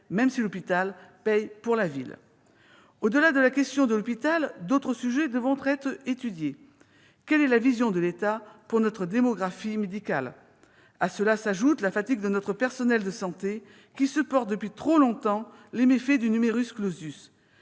même si l'hôpital paie pour la ville. Au-delà de la question de l'hôpital, d'autres sujets devront être étudiés. Ainsi, quelle est la vision de l'État pour notre démographie médicale ? À cela s'ajoute la fatigue de notre personnel de santé, qui supporte depuis trop longtemps les méfaits du. Les EHPAD,